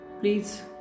Please